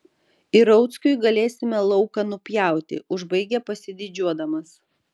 ir rauckiui galėsime lauką nupjauti užbaigia pasididžiuodamas